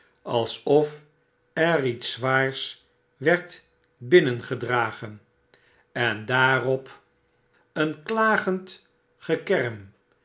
alsof er iets zwaars werd binnengedragen en daarop een i troosteloosheid van dolly klagend gekerm